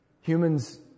Humans